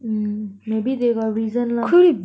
mm maybe they got reason lah